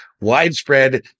widespread